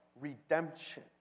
redemption